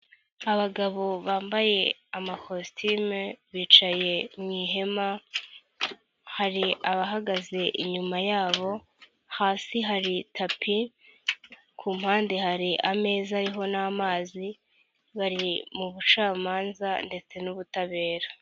Abagabo bambaye amakositime bicaye mu ihema, hari abahagaze inyuma yabo, hasi hari tapi, ku mpande hari ameza ariho n'amazi, bari mu bucamanza ndetse n'ubutabera.